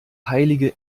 heilige